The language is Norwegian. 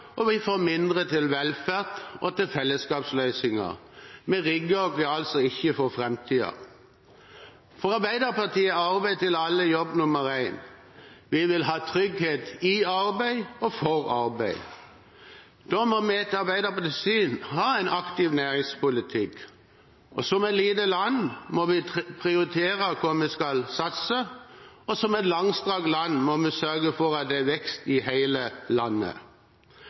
og vi får mindre til velferd og fellesskapsløsninger. Vi rigger altså ikke for framtiden. For Arbeiderpartiet er arbeid til alle jobb nr. 1. Vi vil ha trygghet i arbeid og for arbeid. Da må vi etter Arbeiderpartiets syn ha en aktiv næringspolitikk. Som et lite land må vi prioritere hvor vi skal satse, og som et langstrakt land må vi sørge for at det er vekst i hele landet.